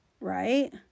Right